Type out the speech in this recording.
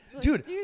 Dude